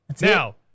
Now